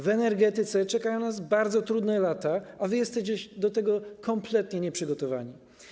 W energetyce czekają nas bardzo trudne lata, a wy jesteście do tego kompletnie nieprzygotowani.